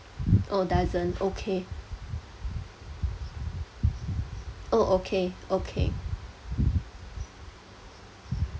oh doesn't okay oh okay okay